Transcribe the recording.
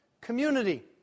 community